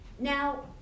Now